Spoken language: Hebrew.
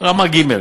רמה ג',